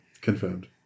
Confirmed